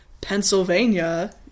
Pennsylvania